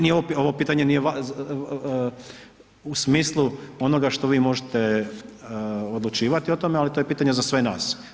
Nije ovo pitanje nije vas, u smislu onoga što vi možete odlučivati o tome, ali to je pitanje za sve nas.